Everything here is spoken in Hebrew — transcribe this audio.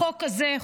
החוק הזה,